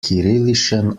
kyrillischen